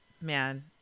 man